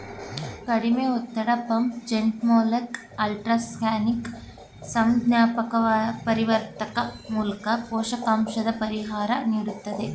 ಕಡಿಮೆ ಒತ್ತಡ ಪಂಪ್ ಜೆಟ್ಮೂಲ್ಕ ಅಲ್ಟ್ರಾಸಾನಿಕ್ ಸಂಜ್ಞಾಪರಿವರ್ತಕ ಮೂಲ್ಕ ಪೋಷಕಾಂಶದ ಪರಿಹಾರ ನೀಡ್ತದೆ